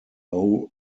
who